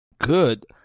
Good